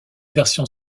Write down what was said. version